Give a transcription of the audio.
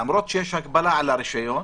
למרות שיש הגבלה על הרישיון,